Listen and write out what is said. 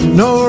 no